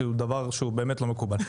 שזה דבר שהוא באמת לא מקובל.